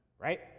right